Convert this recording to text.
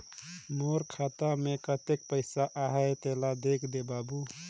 मोर खाता मे कतेक पइसा आहाय तेला देख दे बाबु?